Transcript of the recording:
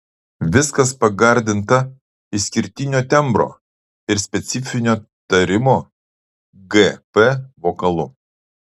viskas pagardinta išskirtinio tembro ir specifinio tarimo gp vokalu